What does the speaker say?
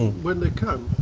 when they came,